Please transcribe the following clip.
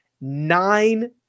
nine